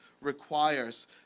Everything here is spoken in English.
requires